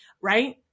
Right